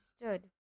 stood